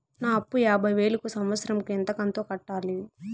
నా అప్పు యాభై వేలు కు సంవత్సరం కు ఎంత కంతు కట్టాలి?